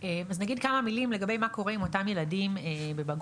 נגיד כמה מילים לגבי מה קורה עם אותם ילדים בבגרותם.